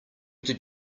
did